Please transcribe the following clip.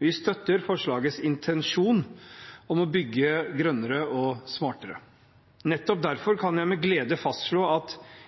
Vi støtter forslagets intensjon om å bygge grønnere og smartere. Nettopp derfor kan jeg med glede fastslå at